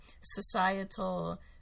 societal